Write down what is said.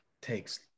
takes